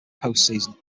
postseason